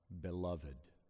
beloved